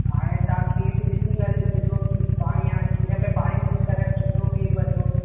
हाणे तव्हां खीर बि ॾिसी करे ॾिसिजो की पाणी हाणे खीर में पाणी मिक्स करनि सुठो खीर वठो